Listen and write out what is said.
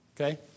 okay